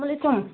اسلام علیکم